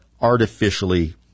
artificially